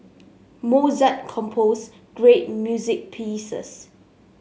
Mozart composed great music pieces